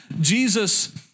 Jesus